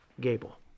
Gable